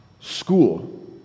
School